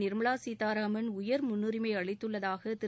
நிர்மலா சீதாராமன் உயர் முன்னுரிமை அளித்துள்ளதாக திரு